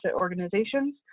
organizations